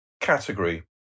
category